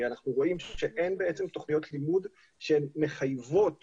אנחנו רואים שאין תוכניות לימוד שהן מחייבות